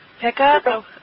Pickup